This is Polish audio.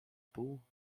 pół